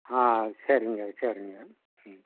ஆ சரிங்க சரிங்க ம்